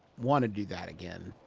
want to do that again.